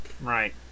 Right